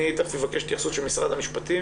ואני תיכף אבקש את התייחסות משרד המשפטים